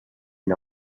and